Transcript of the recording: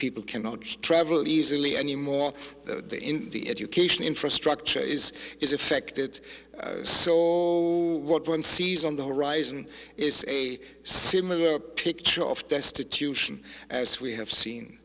people cannot travel easily anymore in the education infrastructure is is affected so what one sees on the horizon is a similar picture of destitution as we have